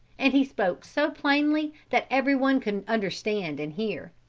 and he spoke so plainly that everyone could understand and hear.